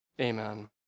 Amen